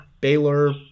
Baylor